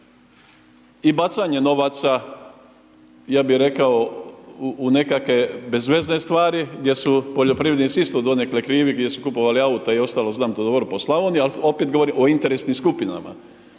i bacanje novaca, ja bih rekao u nekakve bezvezne stvari gdje su poljoprivrednici isto donekle krivi gdje su kupovali auta i ostalo znam to dobro po Slavoniji ali opet govorim o interesnim skupinama